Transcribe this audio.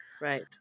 Right